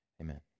Amen